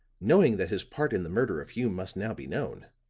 knowing that his part in the murder of hume must now be known,